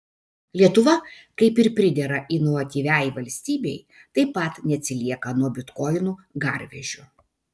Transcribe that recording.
lietuva kaip ir pridera inovatyviai valstybei taip pat neatsilieka nuo bitkoinų garvežio